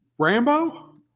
Rambo